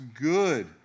good